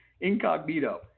incognito